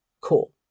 cool